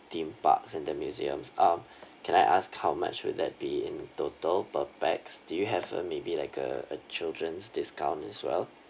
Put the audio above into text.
theme parks and the museums uh can I ask how much would that be in total per pax do you have a maybe like a a children's discounts as well